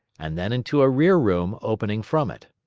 and then into a rear room opening from it.